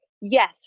yes